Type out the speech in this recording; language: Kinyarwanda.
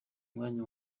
mwanya